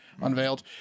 unveiled